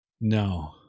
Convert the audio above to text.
No